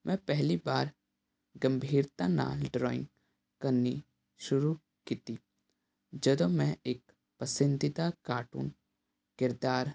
ਮੈਂ ਪਹਿਲੀ ਵਾਰ ਗੰਭੀਰਤਾ ਨਾਲ ਡਰੋਇੰਗ ਕਰਨੀ ਸ਼ੁਰੂ ਕੀਤੀ ਜਦੋਂ ਮੈਂ ਇੱਕ ਪਸੰਦੀਦਾ ਕਾਰਟੂਨ ਕਿਰਦਾਰ